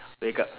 wake up